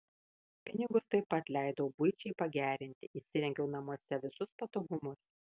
pinigus taip pat leidau buičiai pagerinti įsirengiau namuose visus patogumus